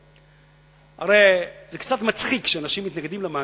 זה קצת מצחיק שאנשים מתנגדים למאגר,